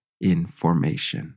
information